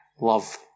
love